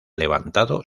levantado